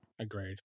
Agreed